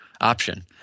option